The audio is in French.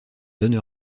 donne